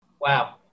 Wow